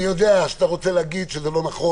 אני יודע שאתה רוצה להגיד שזה לא נכון.